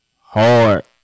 hard